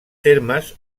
termes